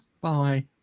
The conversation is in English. Bye